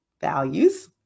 Values